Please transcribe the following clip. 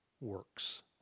works